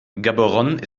gaborone